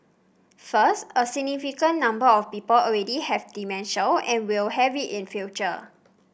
first a significant number of people already have dementia and will have it in future